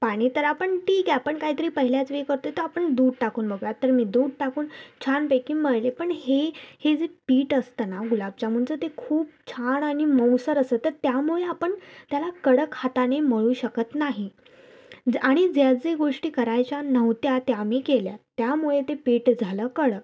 पाणी तर आपण ठीक आहे आपण काहीतरी पहिल्याच वेळी करतो आहे तर आपण दूध टाकून बघूयात तर मी दूध टाकून छानपैकी मळले पण हे हे जे पीठ असतं ना गुलाबजामुनचं ते खूप छान आणि मऊसर असं तर त्यामुळे आपण त्याला कडक हाताने मळू शकत नाही आणि ज्या जे गोष्टी करायच्या नव्हत्या त्या मी केल्या त्यामुळे ते पीठ झालं कडक